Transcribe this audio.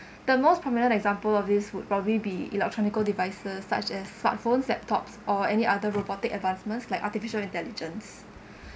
the most prominent example of this would probably be electronic devices such as smartphones laptops or any other robotic advancements like artificial intelligence